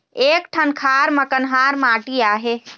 एक ठन खार म कन्हार माटी आहे?